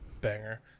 Banger